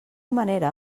manera